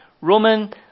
Roman